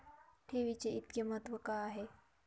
ठेवीचे इतके महत्व का आहे?